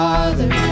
Father